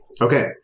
Okay